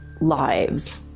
lives